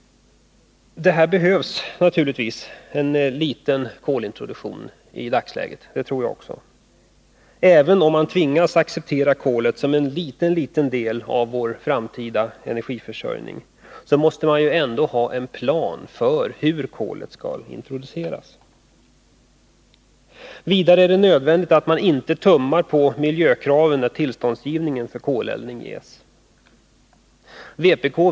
En liten kolintroduktion tror jag behövs i dagsläget. Men även om man tvingas acceptera kolet som en liten del av vår framtida energiförsörjning, måste man ha en plan för hur kolet skall introduceras. Vidare är det nödvändigt att man inte tummar på miljökraven när tillstånd till koleldning ges.